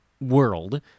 world